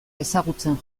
ezagutzen